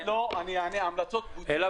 לא, אני אענה, ההמלצות בוצעו במלואן.